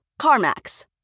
CarMax